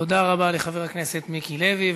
תודה רבה לחבר הכנסת מיקי לוי.